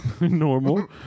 Normal